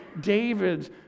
David's